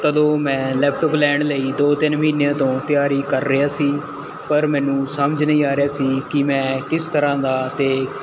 ਤਦੋਂ ਮੈਂ ਲੈਪਟੋਪ ਲੈਣ ਲਈ ਦੋ ਤਿੰਨ ਮਹੀਨਿਆਂ ਤੋਂ ਤਿਆਰੀ ਕਰ ਰਿਹਾ ਸੀ ਪਰ ਮੈਨੂੰ ਸਮਝ ਨਹੀਂ ਆ ਰਿਹਾ ਸੀ ਕਿ ਮੈਂ ਕਿਸ ਤਰ੍ਹਾਂ ਦਾ ਅਤੇ